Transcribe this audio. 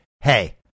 Hey